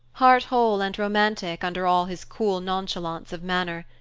heart-whole, and romantic, under all his cool nonchalance of manner.